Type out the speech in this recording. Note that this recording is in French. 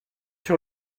sur